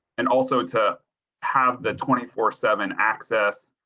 and also to have the twenty four seven access.